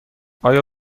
آیا